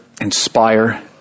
inspire